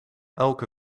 elke